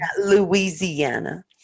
Louisiana